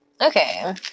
Okay